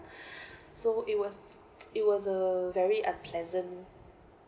so it was it was a very unpleasant